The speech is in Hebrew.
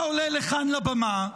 אתה עולה לכאן לבמה,